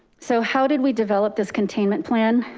so how did we develop this containment plan?